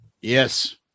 Yes